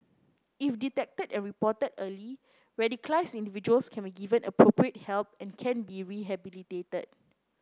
if detected and reported early radicalised individuals can be given appropriate help and can be rehabilitated